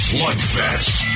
Slugfest